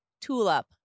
Tulip